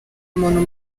muntu